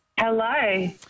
Hello